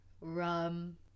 rum